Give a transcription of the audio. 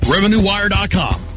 RevenueWire.com